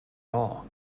all